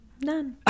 none